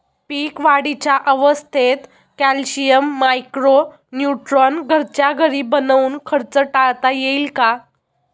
पीक वाढीच्या अवस्थेत calcium, micro neutron घरच्या घरी बनवून खर्च टाळता येईल का?